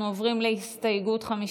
אנחנו עוברים להסתייגות מס'